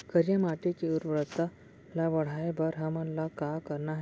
करिया माटी के उर्वरता ला बढ़ाए बर हमन ला का करना हे?